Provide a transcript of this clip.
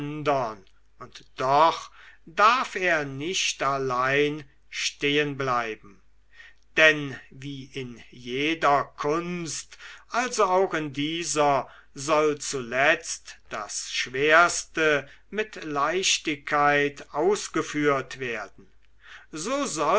und doch darf er nicht allein stehenbleiben denn wie in jeder kunst also auch in dieser soll zuletzt das schwerste mit leichtigkeit ausgeführt werden so soll